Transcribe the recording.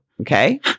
Okay